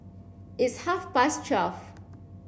its half past twelve